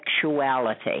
sexuality